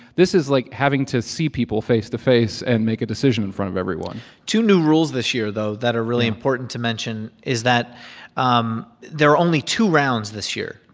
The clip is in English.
this is like having to see people face-to-face and make a decision in front of everyone two new rules this year, though, that are really important to mention is that um there are only two rounds this year.